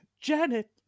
Janet